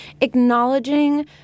acknowledging